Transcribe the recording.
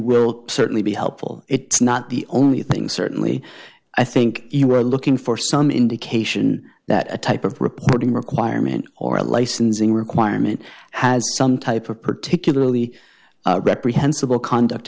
will certainly be helpful it's not the only thing certainly i think you are looking for some indication that a type of reporting requirement or a licensing requirement has some type of particularly reprehensible conduct